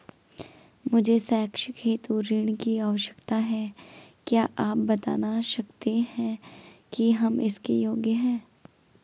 मुझे शैक्षिक हेतु ऋण की आवश्यकता है क्या आप बताना सकते हैं कि हम इसके योग्य हैं?